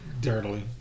Dirtily